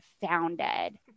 founded